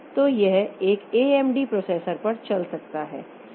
तो यह एक AMD प्रोसेसर पर चल सकता है